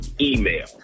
email